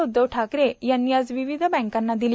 उद्वव ठाकरे यांनी आज विविध बँकांना दिली